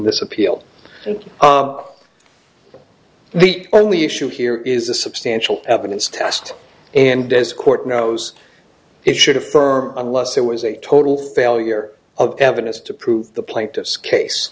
this appeal and the only issue here is a substantial evidence test and as court knows it should affirm unless there was a total failure of evidence to prove the plaintiff's case